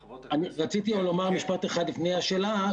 רציתי לומר משפט אחד לפני השאלה.